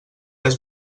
has